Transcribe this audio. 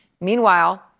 Meanwhile